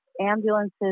ambulances